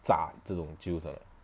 咋这种 juice or not